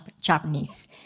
Japanese